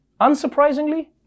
unsurprisingly